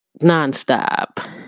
nonstop